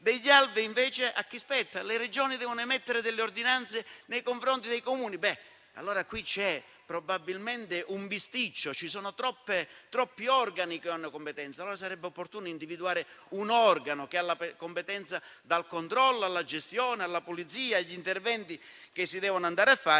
la manutenzione degli alvei, le Regioni devono emettere delle ordinanze nei confronti dei Comuni. C'è probabilmente un bisticcio: ci sono troppi organi che hanno competenza. Sarebbe opportuno allora individuare un organo che ha la competenza dal controllo alla gestione, dalla polizia agli interventi che si devono andare a fare,